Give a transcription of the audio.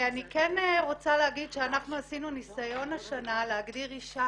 אנחנו עשינו ניסיון השנה להגדיר אישה